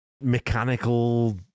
mechanical